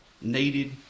needed